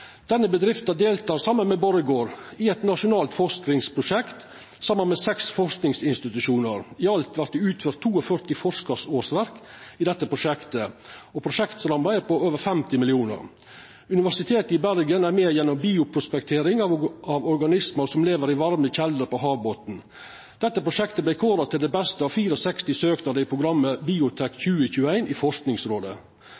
Denne bedrifta deltek saman med Borregaard i eit nasjonalt forskingsprosjekt saman med seks forskingsinstitusjonar. I alt vert det utført 42 forskarårsverk i dette prosjektet, og prosjektramma er på over 50 mill. kr. Universitetet i Bergen er med gjennom bioprospektering av organismar som lever i varme kjelder på havbotnen. Dette prosjektet vart kåra til det beste av 64 søknader til programmet BIOTEK2021 i